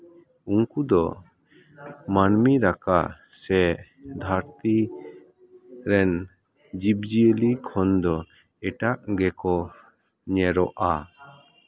ᱩᱱᱠᱩ ᱫᱚ ᱢᱟᱹᱱᱢᱤ ᱞᱮᱠᱟ ᱥᱮ ᱫᱷᱟᱹᱨᱛᱤ ᱨᱮᱱ ᱡᱤᱵᱽᱼᱡᱤᱭᱟᱹᱞᱤ ᱠᱷᱚᱱ ᱫᱚ ᱮᱴᱟᱜ ᱜᱮᱠᱚ ᱧᱮᱞᱚᱜᱼᱟ